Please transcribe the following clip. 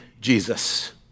Jesus